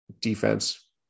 defense